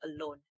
alone